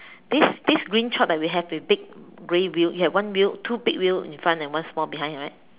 this this green truck that we have with big grey wheels you have one wheel two big wheel in front and one small behind right